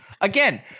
again